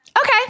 Okay